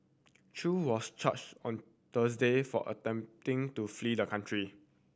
Chew was charged on Thursday for attempting to flee the country